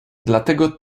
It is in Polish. dlatego